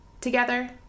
together